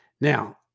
Now